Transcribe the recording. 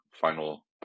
final